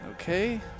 Okay